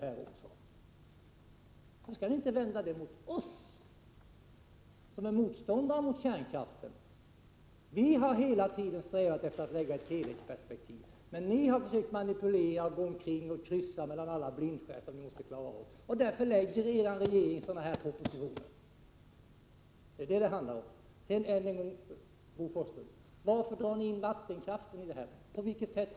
Kom därför inte med några beskyllningar mot oss, som är motståndare till kärnkraften. Vihar hela tiden strävat efter ett helhetsperspektiv, medan ni har manipulerat och kryssat mellan blindskär, något som ni inte har klarat av. Därför lägger regeringen fram den här propositionen. Varför, Bo Forslund, drar ni in vattenkraften i sammanhanget?